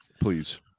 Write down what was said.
Please